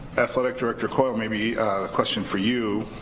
athletic director coyle, maybe a question for you.